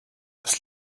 was